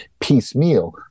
piecemeal